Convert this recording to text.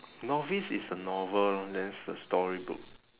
novice is a novel lah then it's the storybook